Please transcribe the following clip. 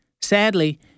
Sadly